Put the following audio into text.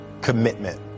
commitment